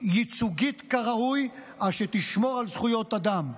ייצוגית כראוי שתשמור על זכויות אדם.